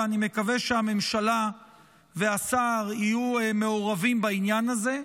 ואני מקווה שהממשלה והשר יהיו מעורבים בעניין הזה,